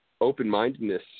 open-mindedness